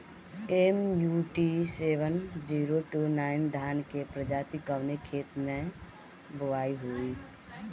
MUT seven zero two nine धान के प्रजाति कवने खेत मै बोआई होई?